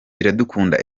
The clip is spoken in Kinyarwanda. iradukunda